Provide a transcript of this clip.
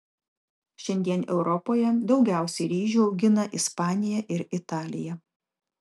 šiandien europoje daugiausiai ryžių augina ispanija ir italija